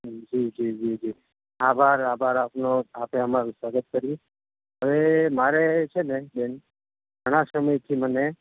જી જી જી આભાર આભાર આપનો આપે અમારું સ્વાગત કર્યું હવે મારે છે ને બેન ઘણાં સમયથી મને